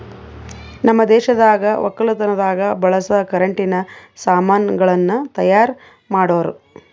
ನಮ್ ದೇಶದಾಗ್ ವಕ್ಕಲತನದಾಗ್ ಬಳಸ ಕರೆಂಟಿನ ಸಾಮಾನ್ ಗಳನ್ನ್ ತೈಯಾರ್ ಮಾಡೋರ್